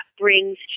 brings